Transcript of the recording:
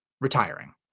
retiring